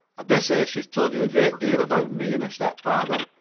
dessay she's told you a good deal about me and her stepfather.